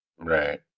Right